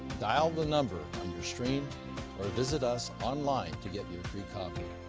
dial the number on your screen or visit us online to get your free copy.